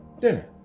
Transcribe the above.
dinner